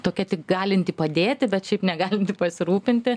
tokia tik galintį padėti bet šiaip negalintį pasirūpinti